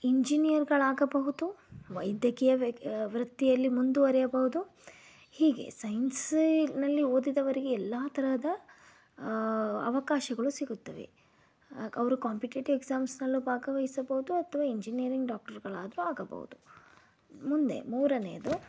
ಇಂಜಿನಿಯರ್ಗಳಾಗಬಹುದು ವೈದ್ಯಕೀಯ ವೃತ್ತಿಯಲ್ಲಿ ಮುಂದುವರೆಯಬಹುದು ಹೀಗೆ ಸೈನ್ಸ್ನಲ್ಲಿ ಓದಿದವರಿಗೆ ಎಲ್ಲ ತರಹದ ಅವಕಾಶಗಳು ಸಿಗುತ್ತವೆ ಅವರು ಕಾಂಪಿಟಿಟಿವ್ ಎಕ್ಸಾಮ್ಸ್ನಲ್ಲೂ ಭಾಗವಹಿಸಬಹುದು ಅಥವಾ ಇಂಜಿನಿಯರಿಂಗ್ ಡಾಕ್ಟರ್ಗಳಾದ್ರು ಆಗಬಹುದು ಮುಂದೆ ಮೂರನೆಯದು